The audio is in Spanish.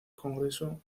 congreso